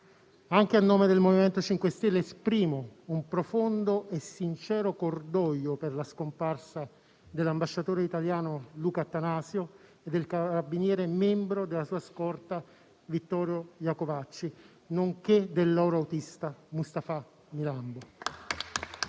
A nome del MoVimento 5 Stelle esprimo un profondo e sincero cordoglio per la scomparsa dell'ambasciatore italiano Luca Attanasio e del carabiniere membro della sua scorta, Vittorio Iacovacci, nonché del loro autista Mustapha Milambo.